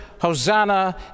Hosanna